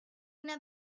una